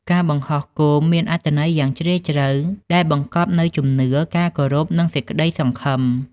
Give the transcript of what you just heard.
ការបង្ហោះគោមមានអត្ថន័យយ៉ាងជ្រាលជ្រៅ ដែលបង្កប់នូវជំនឿ ការគោរព និងសេចក្តីសង្ឃឹម។